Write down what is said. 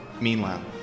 Meanwhile